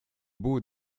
beau